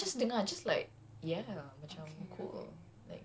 macam kau dengar aku macam nak sepak ah hmm